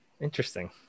Interesting